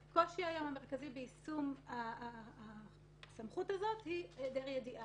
היום הקושי ביישום הסמכות הזאת הוא בהיעדר ידיעה.